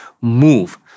move